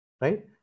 Right